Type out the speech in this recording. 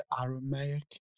Aramaic